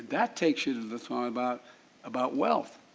that takes you to the thought about about wealth.